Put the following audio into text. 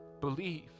Believe